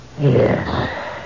Yes